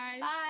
Bye